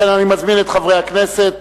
לכן אני מזמין את חברי הכנסת,